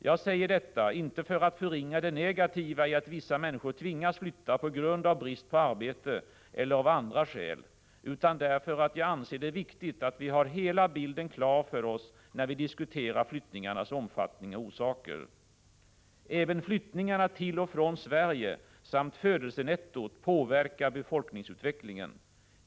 Jag säger detta, inte för att förringa det negativa i att vissa människor tvingas flytta på grund av brist på arbete eller av andra skäl, utan därför att jag anser det viktigt att vi har hela bilden klar för oss när vi diskuterar flyttningarnas omfattning och orsaker. Även flyttningarna till och från Sverige samt födelsenettot påverkar befolkningsutvecklingen.